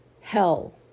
hell